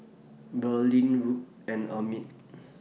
Brynlee Rube and Emmit